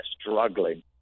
struggling